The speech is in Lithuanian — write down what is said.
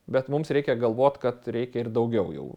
bet mums reikia galvot kad reikia ir daugiau jau